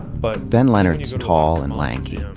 but ben leonard's tall and lanky.